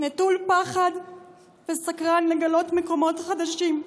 נטול פחד וסקרן לגלות מקומות חדשים.